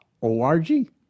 ORG